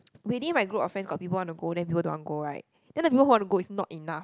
within my group of friends got people want to go then people don't want go right then the people who want to go is not enough